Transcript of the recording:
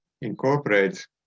incorporate